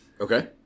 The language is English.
Okay